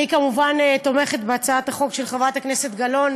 אני כמובן תומכת בהצעת החוק של חברת הכנסת גלאון.